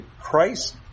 Christ